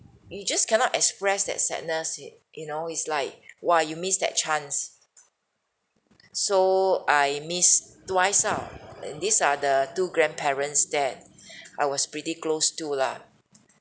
you just cannot express that sadness it you know it's like !wah! you missed that chance so I miss twice ah and these are the two grandparents that I was pretty close to lah